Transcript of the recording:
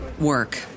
work